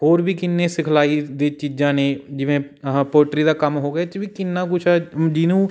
ਹੋਰ ਵੀ ਕਿੰਨੇ ਸਿਖਲਾਈ ਦੇ ਚੀਜ਼ਾਂ ਨੇ ਜਿਵੇਂ ਆਹ ਪੋਲਟਰੀ ਦਾ ਕੰਮ ਹੋ ਗਿਆ ਇਹ 'ਚ ਵੀ ਕਿੰਨਾ ਕੁਛ ਹੈ ਜਿਹਨੂੰ